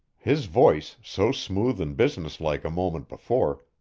his voice, so smooth and businesslike a moment before,